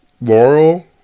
Laurel